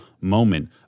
moment